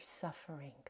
suffering